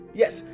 yes